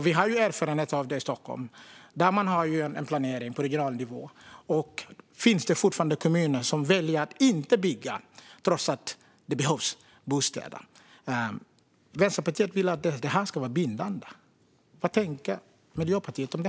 Vi har ju erfarenhet av detta här i Stockholm, där man har planering på regional nivå. Här finns det fortfarande kommuner som väljer att inte bygga trots att det behövs bostäder. Vänsterpartiet vill att detta ska vara bindande. Vad tänker Miljöpartiet om det?